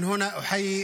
הם לא חוששים שהוא